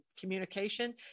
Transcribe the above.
communication